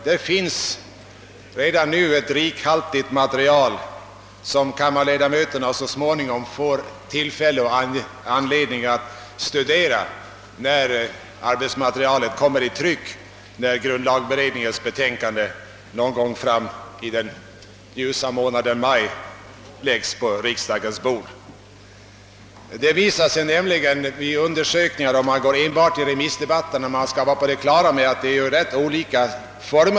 Det finns redan nu ett rikhaltigt arbetsmaterial, som kammarledamöterna så småningom får tillfälle till och har anledning att studera, när grundlagsberedningens betänkande — som vi hoppas — någon gång i den ljusa månaden maj läggs på riksdagens bord. Vi har olika slag av debatter.